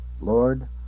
Lord